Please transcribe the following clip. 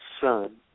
son